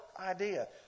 idea